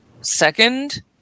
second